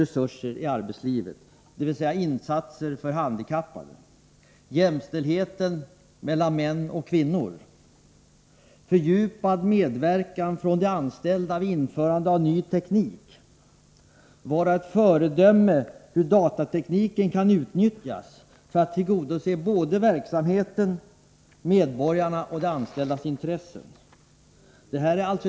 resurser i, arbetslivet, dvs. insatser för handikappade, jämställdhet mellan män och kvinnor, fördjupad medverkan från de anställda vid införande av ny teknik, och att vara ett föredöme för hur datateknik kan utnyttjas för att tillgodose både verksamheten, medborgarnas och de anställdas intressen. Det rör sig alltså.